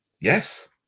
yes